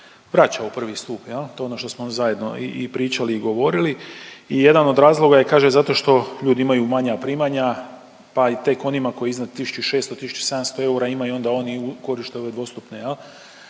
vraća u prvi stup, to je ono što smo zajedno i pričali i govorili i jedan od razloga je kaže zato što ljudi imaju manja primanja pa i tek onima koji iznad 1600, 1700 eura imaju onda oni koriste ove dvostupne.